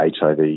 HIV